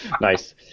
Nice